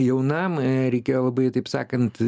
jaunam reikėjo labai taip sakant